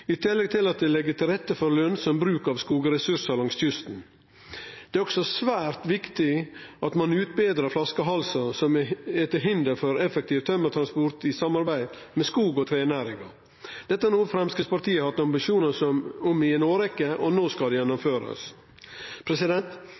i tillegg til at det legg til rette for lønsam bruk av skogressursar langs kysten. Det er òg svært viktig at ein utbetrar flaskehalsar som er til hinder for effektiv tømmertransport i samarbeid med skog- og trenæringa. Dette er noko Framstegspartiet har hatt ambisjonar om ei årrekkje, og no skal det